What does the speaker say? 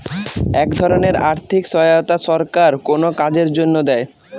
এক ধরনের আর্থিক সহায়তা সরকার কোনো কাজের জন্য দেয়